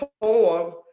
poem